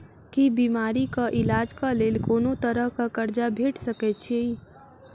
की बीमारी कऽ इलाज कऽ लेल कोनो तरह कऽ कर्जा भेट सकय छई?